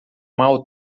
mau